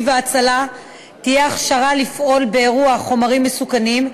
וההצלה תהיה הכשרה לפעול באירוע חומרים מסוכנים,